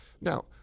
Now